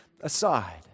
aside